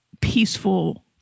peaceful